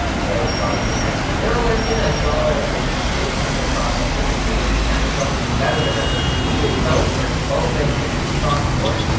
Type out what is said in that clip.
so it's got an enhanced neural engine as well as a new image signal processor which should make the cameras on these better than ever even though they're twelve megapixels across the board,